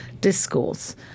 discourse